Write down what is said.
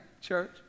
church